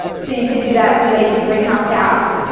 so you could do that related to greenhouse gas.